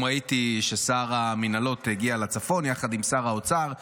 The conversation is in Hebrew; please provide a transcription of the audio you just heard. ראיתי ששר המינהלות הגיע לצפון יחד עם שר האוצר.